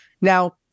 Now